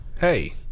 hey